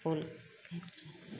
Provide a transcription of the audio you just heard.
फूल खिचयौ ने